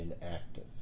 inactive